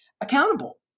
accountable